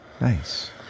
nice